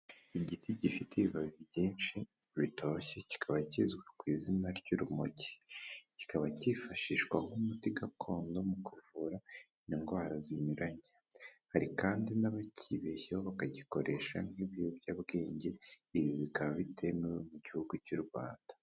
Igiti gifite ibibabi byinshi bitoshye, kikaba kizwi ku izina ry'urumogi, kikaba cyifashishwa nk'umuti gakondo mu kuvura indwara zinyuranye. Hari kandi n'abakibeshyaho bakagikoresha nk'ibiyobyabwenge, ibi bikaba bitemewe n'igihugu cy'u Rwanda.